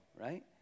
right